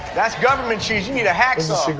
that's government cheese. you need a hacksaw